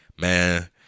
man